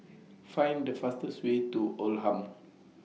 Find The fastest Way to Oldham